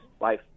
life